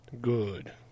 good